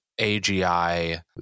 AGI